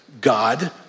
God